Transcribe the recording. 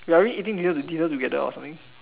we are already eating dinner dinner together or something